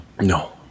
No